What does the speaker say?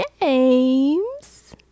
James